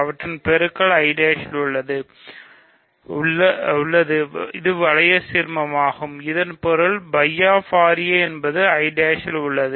அவற்றின் பெருக்கல் I ல் உள்ளது வளைய சீர்மமாகும் இதன் பொருள் φ of ra என்பது I' ல் உள்ளது